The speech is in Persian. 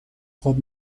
خوب